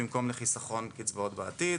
במקום לחיסכון קצבאות בעתיד.